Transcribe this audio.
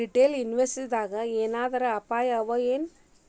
Retail ಇನ್ವೆಸ್ಟರ್ಸಿಂದಾ ಏನರ ಅಪಾಯವಎನು?